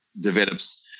develops